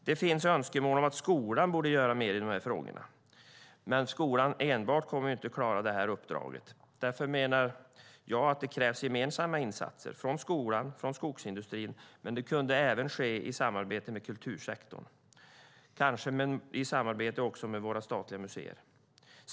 Det finns önskemål om att skolan ska göra mer i dessa frågor. Men skolan enbart kommer inte att klara det uppdraget. Därför menar jag att det krävs gemensamma insatser från skolan och skogsindustrin, men det kan även ske i samarbete med kultursektorn och kanske också i samarbete med våra statliga museer.